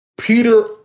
Peter